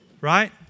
Right